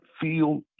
feel